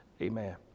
Amen